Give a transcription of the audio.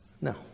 No